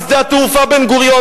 על שדה התעופה בן-גוריון.